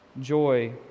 joy